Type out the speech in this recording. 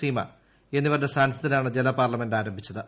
സീമ എന്നിവരുടെ സാന്നിദ്ധ്യത്തിലാണ് ജലപാർലമെന്റ് ആരംഭിച്ചത്